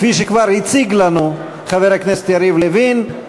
כפי שכבר הציג לנו חבר הכנסת יריב לוין,